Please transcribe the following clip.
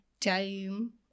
time